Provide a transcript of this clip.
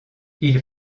ils